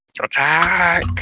Attack